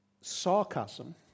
Sarcasm